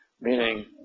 meaning